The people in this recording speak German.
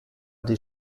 die